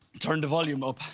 turn the volume up,